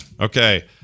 Okay